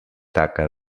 taca